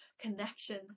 connection